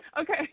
Okay